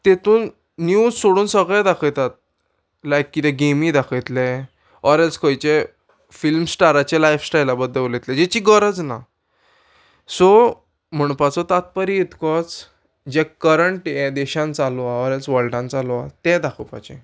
तितून न्यूज सोडून सगळे दाखयतात लायक कितें गेमी दाखयतले ऑर एल्स खंयचे फिल्म स्टाराचे लायफ स्टायला बद्दल उलयतले जेची गरज ना सो म्हणपाचो तात्पर्य इतकोच जे करंट हें देशान चालू आहा ऑर एल्स वर्ल्डान चालू आहा तें दाखोपाचें